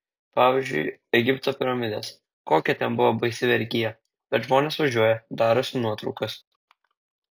pavyzdžiui egipto piramidės kokia ten buvo baisi vergija bet žmonės važiuoja darosi nuotraukas